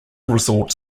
resort